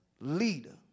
leader